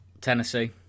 Tennessee